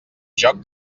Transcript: joc